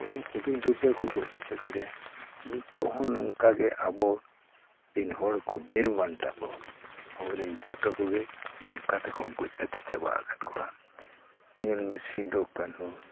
ᱦᱩᱫᱩᱲ ᱫᱩᱨᱜᱟᱹ ᱠᱚ ᱜᱚᱡ ᱚᱪᱚ ᱠᱮᱫᱮᱭᱟ ᱱᱤᱛᱚᱜ ᱦᱚᱸ ᱱᱚᱝᱠᱟ ᱜᱮ ᱟᱵᱚ ᱨᱤᱱ ᱦᱚᱲᱠᱚ ᱵᱤᱨᱵᱟᱱᱴᱟ ᱠᱚ ᱟᱵᱚᱨᱮᱱ ᱡᱚᱛᱚ ᱠᱚᱜᱮ ᱱᱚᱝᱠᱟ ᱛᱮᱠᱚ ᱜᱚᱡ ᱟᱫᱷᱤ ᱪᱟᱵᱟ ᱟᱠᱟᱫ ᱠᱚᱣᱟ ᱧᱮᱞ ᱢᱮ ᱥᱤᱫᱷᱩ ᱠᱟᱱᱦᱩ